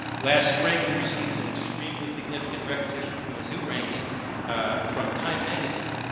last spring, we received an extremely significant recognition from a new ranking from time magazine.